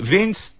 Vince